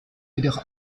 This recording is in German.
jedoch